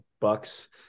bucks